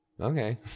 okay